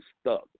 stuck